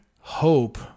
hope